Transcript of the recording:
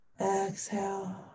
Exhale